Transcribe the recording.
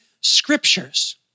scriptures